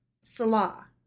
Salah